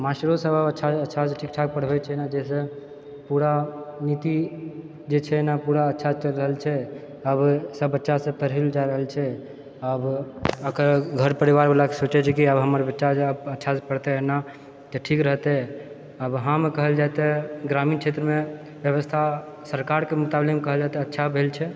मास्टरो सभ आब अच्छा अच्छासँ ठीक ठाक पढ़बै छै ने जाहिसँ पूरा नीति जे छै ने पूरा अच्छा चलि रहल छै आब सभ बच्चा सभ पढ़ै लऽ जाए रहल छै आब अकर घर परिवार वला सोचै छै जे कि हमर बेटा आब अच्छासँ पढ़तै एना तऽ ठीक रहतै आब हम कहल जाइ तऽ ग्रामीण क्षेत्रमे व्यवस्था सरकारके मुताबली कहल जाइ तऽ अच्छा भेल छै